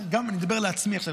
אני מדבר גם לעצמי עכשיו,